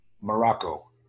Morocco